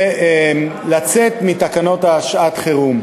ולצאת מתקנות שעת-חירום.